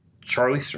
Charlie